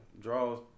draws